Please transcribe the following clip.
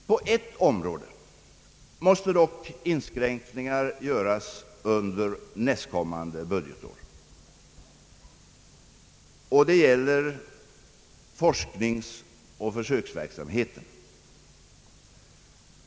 På ett område måste dock inskränkningar göras under nästkommande budgetår, och det gäller forskningsoch försöksverksamheten.